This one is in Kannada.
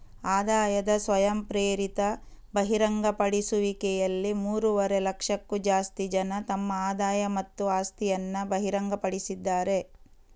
ಆದಾಯದ ಸ್ವಯಂಪ್ರೇರಿತ ಬಹಿರಂಗಪಡಿಸುವಿಕೆಯಲ್ಲಿ ಮೂರುವರೆ ಲಕ್ಷಕ್ಕೂ ಜಾಸ್ತಿ ಜನ ತಮ್ಮ ಆದಾಯ ಮತ್ತು ಆಸ್ತಿಯನ್ನ ಬಹಿರಂಗಪಡಿಸಿದ್ದಾರೆ